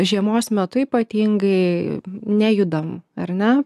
žiemos metu ypatingai nejudam ar ne